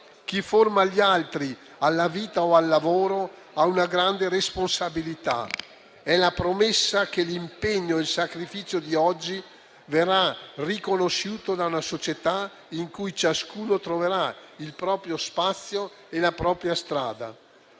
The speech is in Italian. Chi forma agli altri alla vita o al lavoro ha una grande responsabilità; è la promessa che l'impegno e il sacrificio di oggi verranno riconosciuti da una società in cui ciascuno troverà il proprio spazio e la propria strada.